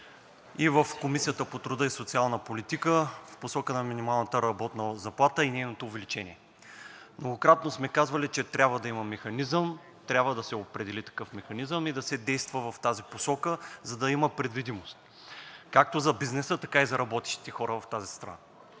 и в Комисията по труда и социалната политика, в посока на минималната работна заплата и нейното увеличение. Многократно сме казвали, че трябва да има механизъм, че трябва да се определи такъв механизъм и да се действа в тази посока, за да има предвидимост както за бизнеса, така и за работещите хора в тази страна.